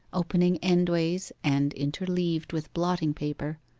opening endways and interleaved with blotting-paper,